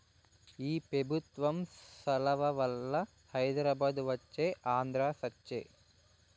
ఈ పెబుత్వం సలవవల్ల హైదరాబాదు వచ్చే ఆంధ్ర సచ్చె